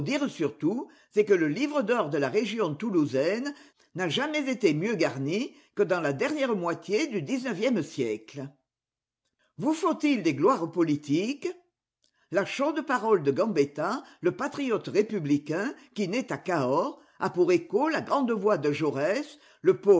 surtout c'est que le livre d'or de la région toulousaine n'a jamais été mieux garni que dans la dernière moitié du dix-neuvième siècle vous faut-il des gloires politiques la chaude parole de gambetta le patriote républicain qui naît à cahors a pour écho la grande voix de jaurès le